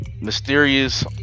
mysterious